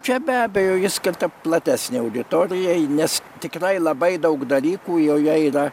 čia be abejo ji skirta platesnei auditorijai nes tikrai labai daug dalykų joje yra